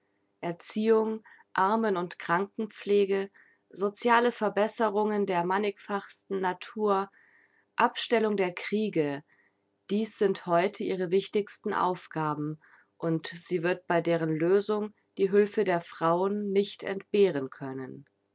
erziehung armen und krankenpflege sociale verbesserungen der mannigfachsten natur abstellung der kriege dies sind heute ihre wichtigsten aufgaben und sie wird bei deren lösung die hülfe der frauen nicht entbehren können